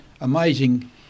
amazing